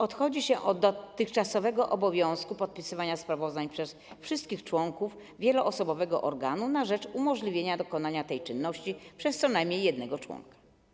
Odchodzi się od dotychczasowego obowiązku podpisywania sprawozdań przez wszystkich członków wieloosobowego organu na rzecz umożliwienia dokonania tej czynności przez co najmniej jednego członka.